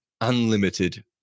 unlimited